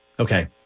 Okay